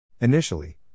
Initially